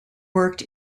worked